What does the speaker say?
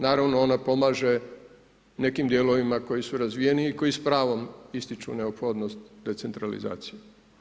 Naravno, ona pomaže nekim dijelovima koji su razvijeniji i koji s pravom ističu neophodnost decentralizacije.